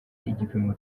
igipimo